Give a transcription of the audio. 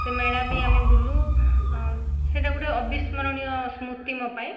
ସେ ମେଳା ବି ଆମେ ବୁଲୁ ସେଟା ଗୋଟେ ଅବିସ୍ମରଣୀୟ ସ୍ମୃତି ମୋ ପାଇଁ